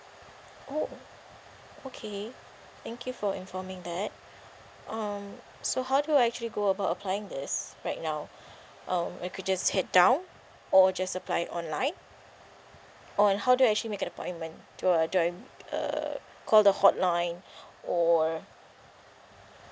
oh okay thank you for informing that um so how do I actually go about applying this right now um I could just head down or just apply it online or how do I actually make an appointment do uh do I uh call the hotline or